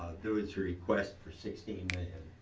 there was request for sixteen million